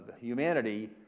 humanity